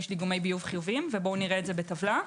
עדיין יש דיגומי ביוב חיוביים ונראה את זה בטבלה.